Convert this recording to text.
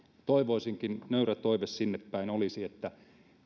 toivoisinkin ja nöyrä toive sinne päin olisi että